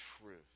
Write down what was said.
truth